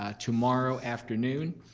ah tomorrow afternoon